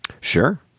Sure